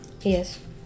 Yes